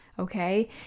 Okay